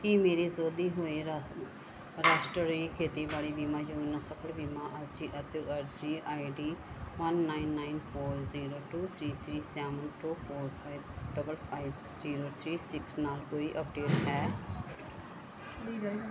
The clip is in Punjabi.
ਕੀ ਮੇਰੀ ਸੋਧੀ ਹੋਈ ਰਾਸ਼ ਰਾਸ਼ਟਰੀ ਖੇਤੀਬਾੜੀ ਬੀਮਾ ਯੋਜਨਾ ਫਸਲ ਬੀਮਾ ਅਰਜ਼ੀ ਉੱਤੇ ਅਰਜ਼ੀ ID one nine nine four zero two three three seven two four five double five zero three six ਨਾਲ ਕੋਈ ਅੱਪਡੇਟ ਹੈ